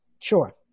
Sure